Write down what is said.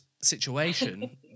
situation